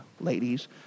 ladies